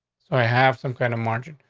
so i have some kind of margin,